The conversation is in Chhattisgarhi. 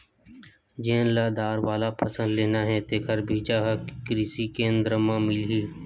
जेन ल दार वाला फसल लेना हे तेखर बीजा ह किरसी केंद्र म मिलही